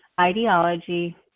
ideology